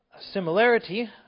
similarity